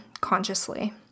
consciously